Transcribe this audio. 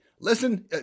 Listen